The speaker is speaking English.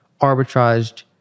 arbitraged